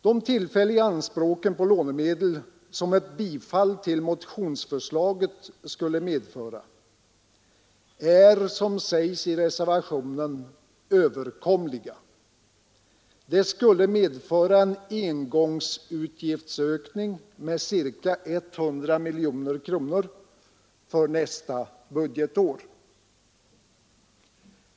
De tillfälliga anspråk på lånemedel som ett bifall till motionsförslaget skulle medföra är — som sägs i reservationen 4 — överkomliga; de skulle medföra en engångsutgiftsutökning med ca 100 miljoner kronor för nästa budgetår.